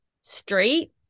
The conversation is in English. straight